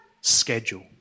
Schedule